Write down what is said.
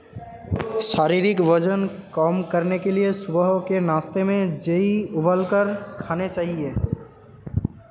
शारीरिक वजन कम करने के लिए सुबह के नाश्ते में जेई उबालकर खाने चाहिए